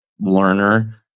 learner